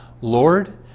lord